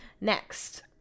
next